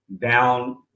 down